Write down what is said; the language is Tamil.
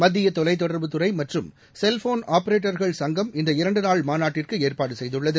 மத்திய தொலைத் தொடர்புத்துறை மற்றும் செல்போன் ஆப்பரேட்டர்கள் சங்கம் இந்த இரண்டு நாள் மாநாட்டிற்கு ஏற்பாடு செய்துள்ளது